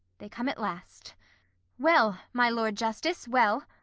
they come at last well, my lord justice, well.